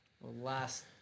Last